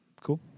Cool